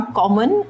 common